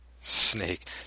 Snake